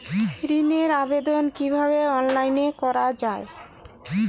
ঋনের আবেদন কিভাবে অনলাইনে করা যায়?